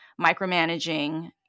micromanaging